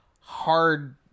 hard